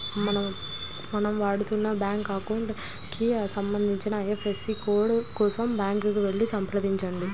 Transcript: మనం వాడుతున్న bank account కి సంబంధించిన ఐ.ఎఫ్.ఎస్.సి కోడ్ కోసం బ్యాంకుకి వెళ్లి సంప్రదించాలి